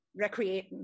recreate